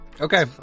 Okay